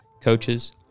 coaches